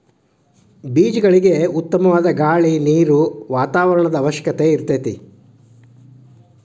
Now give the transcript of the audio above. ಬೇಜಗಳಿಗೆ ಉತ್ತಮವಾದ ಗಾಳಿ ನೇರು ವಾತಾವರಣದ ಅವಶ್ಯಕತೆ ಇರತತಿ